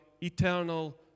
eternal